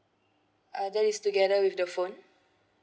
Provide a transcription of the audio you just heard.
uh that is together with the phone